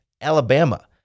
Alabama